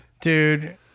dude